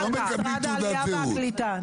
הם לא מקבלים תעודת זהות.